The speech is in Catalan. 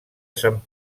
sant